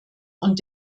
und